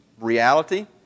reality